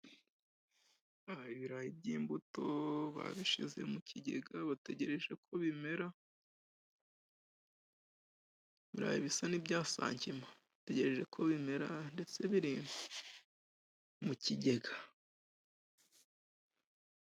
Ibirayi by'imbuto babishize mu kigega bategereje ko bimera, ibirayi bisa n'ibya sangima bategereje ko bimera ndetse biri mu kigega.